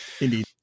Indeed